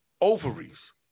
ovaries